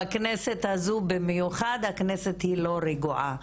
בכנסת הזו במיוחד הכנסת היא לא רגועה,